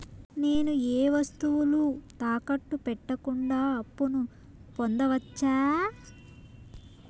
నేను ఏ వస్తువులు తాకట్టు పెట్టకుండా అప్పును పొందవచ్చా?